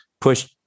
push